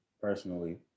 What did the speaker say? personally